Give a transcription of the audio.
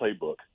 playbook